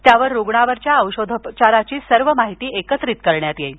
त्यावर रुग्णावरील औषधोपचाराची सर्व माहिती एकत्रित करण्यात येईल